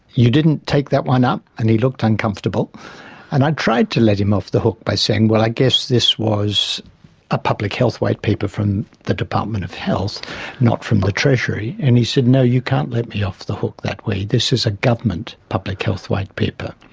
you didn't take that one up and he looked uncomfortable and i tried to let him off the hook by saying, well i guess this was a public health white paper from the department of health not from the treasury. and he said, no, you can't let me off the hook that way, this is a government public health white paper.